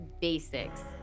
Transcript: basics